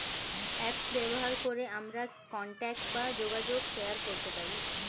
apps ব্যবহার করে আমরা কন্টাক্ট বা যোগাযোগ শেয়ার করতে পারি